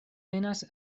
venas